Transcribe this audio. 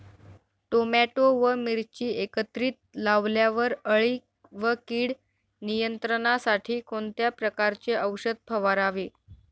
Tomato व मिरची एकत्रित लावल्यावर अळी व कीड नियंत्रणासाठी कोणत्या प्रकारचे औषध फवारावे?